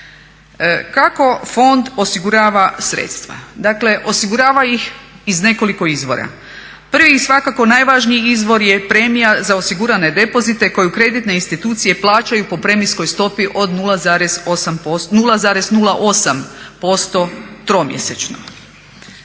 Kako fond osigurava sredstva? Dakle osigurava ih iz nekoliko izvora. Prvi i svakako najvažniji izvor je premija za osigurane depozite koju kreditne institucije plaćaju po premijskoj stopi od 0,08% tromjesečno.